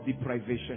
deprivation